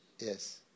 Yes